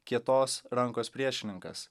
kietos rankos priešininkas